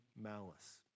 malice